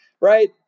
Right